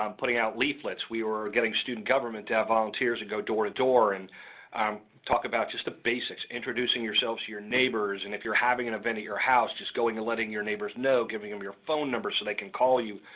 um putting out leaflets. we were getting student government to have volunteers to and go door to door and um talk about just the basics, introducing yourselves to your neighbors, and if you're having an event at your house, just going and letting your neighbors know, giving them your phone number, so they can call you,